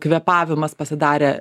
kvėpavimas pasidarė